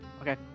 Okay